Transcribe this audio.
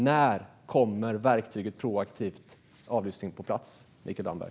När kommer verktyget proaktiv avlyssning på plats, Mikael Damberg?